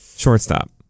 shortstop